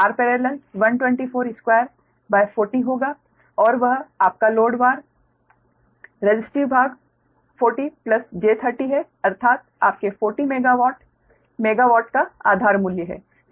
Rparallel 124240 होगा और वह आपका लोड वार रसिस्टिव भाग 40 j30 है अर्थात आपके 40 MW मेगावाट का आधार मूल्य है